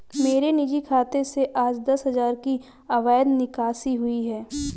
मेरे निजी खाते से आज दस हजार की अवैध निकासी हुई है